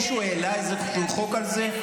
מישהו העלה איזה חוק על זה?